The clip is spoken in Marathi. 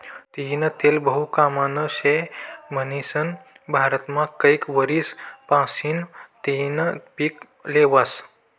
तीयीनं तेल बहु कामनं शे म्हनीसन भारतमा कैक वरीस पाशीन तियीनं पिक ल्हेवास